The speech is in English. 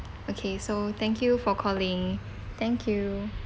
okay so thank you for calling thank you